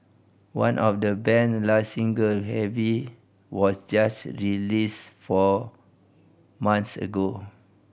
one of the band's last singles Heavy was just released four months ago